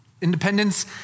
Independence